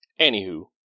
Anywho